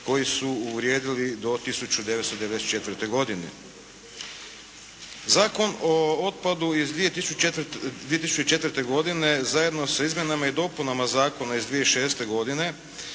koji su vrijedili do 1994. godine. Zakon o otpadu iz 2004. godine zajedno sa izmjenama i dopunama Zakona iz 2006. godine